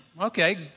Okay